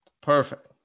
Perfect